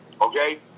Okay